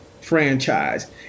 franchise